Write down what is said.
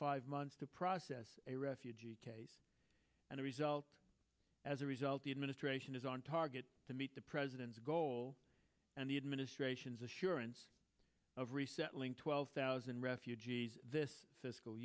five months to process a refugee case and a result as a result the administration is on target to meet the president's goal and the administration's assurance of resettling twelve thousand refugees this